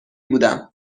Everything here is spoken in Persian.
بودم